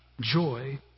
joy